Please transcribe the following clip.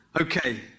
Okay